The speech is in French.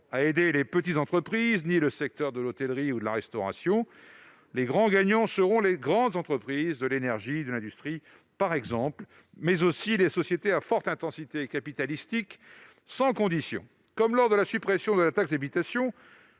à aider les petites entreprises, ni le secteur de l'hôtellerie ni celui de la restauration. Les grands gagnants sont les grandes entreprises de l'énergie et de l'industrie, mais aussi les sociétés à forte intensité capitalistique, sans condition. Il en va comme pour la suppression de la taxe d'habitation